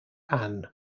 anne